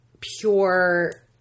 pure